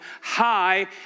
high